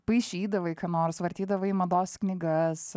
paišydavai ką nors vartydavai mados knygas